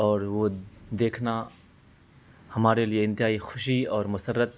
اور وہ دیکھنا ہمارے لیے انتہائی خوشی اور مسرت